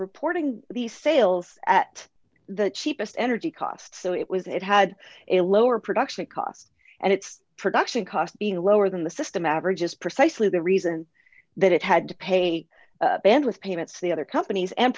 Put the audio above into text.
reporting these sales at the cheapest energy cost so it was it had a lower production cost and its production cost being lower than the system average is precisely the reason that it had to pay band with payments the other companies and